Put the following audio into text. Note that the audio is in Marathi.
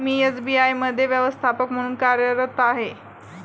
मी एस.बी.आय मध्ये व्यवस्थापक म्हणून कार्यरत आहे